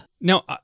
Now